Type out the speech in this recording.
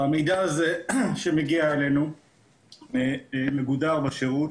המידע הזה שמגיע אלינו מגודר בשירות